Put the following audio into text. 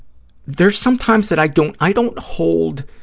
there's some times that i don't. i don't hold,